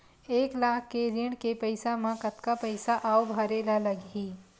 एक लाख के ऋण के पईसा म कतका पईसा आऊ भरे ला लगही?